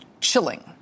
chilling